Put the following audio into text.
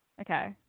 Okay